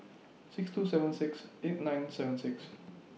six two seven six eight nine seven six